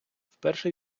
вперше